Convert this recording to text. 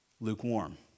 lukewarm